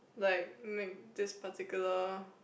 like make this particular